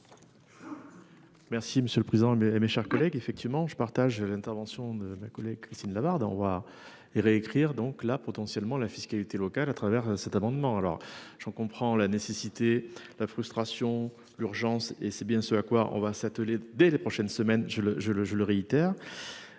monsieur le président. Mes, mes chers collègues. Effectivement, je partage l'intervention de ma collègue Christine Lavarde au revoir et réécrire donc là potentiellement la fiscalité locale à travers cet amendement. Alors je comprends la nécessité la frustration. L'urgence et c'est bien ce à quoi on va s'atteler dès les prochaines semaines. Je le je